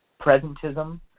presentism